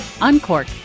uncork